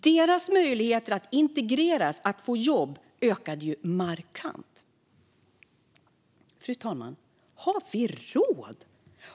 Deras möjligheter att integreras och att få jobb ökade markant. Fru talman!